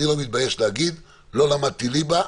אני לא מתבייש להגיד: לא למדתי ליבה,